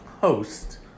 host